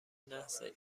نسل